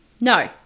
No